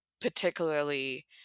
particularly